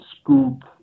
scoop